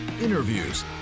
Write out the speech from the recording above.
interviews